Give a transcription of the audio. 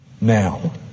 now